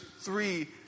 three